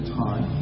time